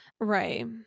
Right